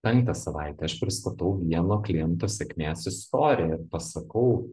penktą savaitę aš pristatau vieno kliento sėkmės istoriją ir pasakau